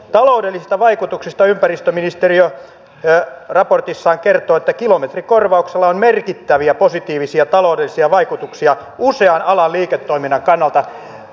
taloudellisista vaikutuksista ympäristöministeriö raportissaan kertoo että kilometrikorvauksella on merkittäviä positiivisia taloudellisia vaikutuksia usean alan liiketoiminnan kannalta